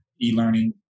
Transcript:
e-learning